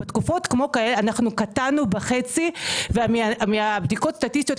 אנחנו קטנו בחצי ומהבדיקות הסטטיסטיות,